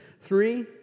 Three